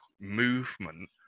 movement